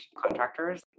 contractors